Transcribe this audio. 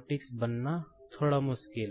वास्तव में है